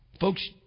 Folks